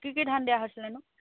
কি কি ধান দিয়া হৈছিলে নো